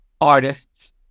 artists